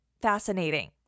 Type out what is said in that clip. fascinating